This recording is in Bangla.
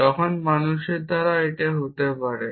তখন মানুষের দ্বারাও এটা হতে পারে